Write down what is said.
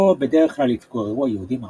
בו בדרך כלל התגוררו היהודים העשירים,